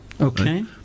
Okay